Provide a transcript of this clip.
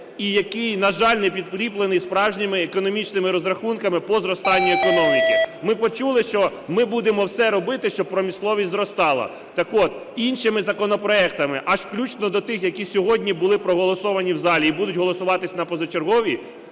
і який, на жаль, не підкріплений справжніми економічними розрахунками по зростанню економіки. Ми почули, що ми будемо все робити, щоб промисловість зростала. Так от, іншими законопроектами, аж включно до тих, які сьогодні було проголосовано в залі і будуть голосуватись на позачерговій,